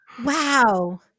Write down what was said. Wow